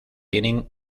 tienen